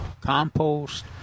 compost